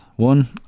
One